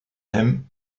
him